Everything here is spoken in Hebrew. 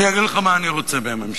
אני אגיד לך מה אני רוצה מהממשלה.